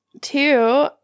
Two